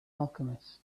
alchemist